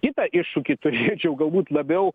kitą iššūkį turėčiau galbūt labiau